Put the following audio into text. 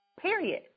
period